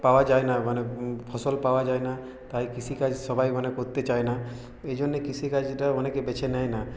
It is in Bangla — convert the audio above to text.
পাওয়া যায় না মানে ফসল পাওয়া যায় না তাই কৃষিকাজ সবাই মানে করতে চায় না এই জন্যে কৃষিকাজটা অনেকে বেছে নেয় না